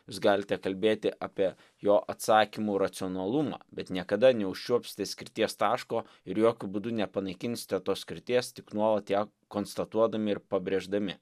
jūs galite kalbėti apie jo atsakymų racionalumą bet niekada neužčiuopsite skirties taško ir jokiu būdu nepanaikinsite tos skirties tik nuolat ją konstatuodami ir pabrėždami